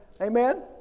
amen